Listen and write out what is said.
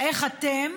איך אתם,